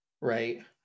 Right